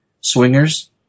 Swingers